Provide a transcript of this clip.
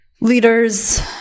leaders